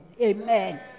Amen